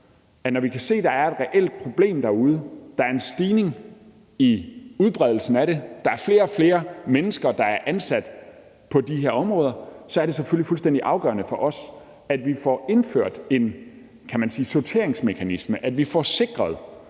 det, når vi kan se, at der er et reelt problem derude; at der er en stigning i udbredelsen af det; at der er flere og flere mennesker, der er ansat på de her områder, selvfølgelig fuldstændig afgørende for os, at vi får indført en sorteringsmekanisme, kan man sige,